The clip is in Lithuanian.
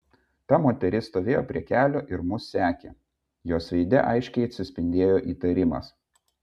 ta pati moteris stovėjo prie kelio ir mus sekė jos veide aiškiai atsispindėjo įtarimas